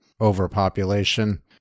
overpopulation